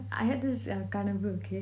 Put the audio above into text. I had this uh carnival okay